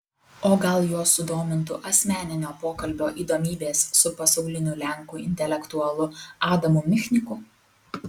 o gal juos sudomintų asmeninio pokalbio įdomybės su pasauliniu lenkų intelektualu adamu michniku